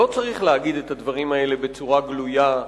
לא צריך להגיד את הדברים האלה בצורה גלויה,